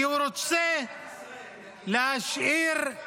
כי הוא רוצה להשאיר את